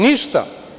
Ništa.